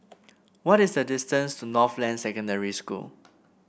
what is the distance to Northland Secondary School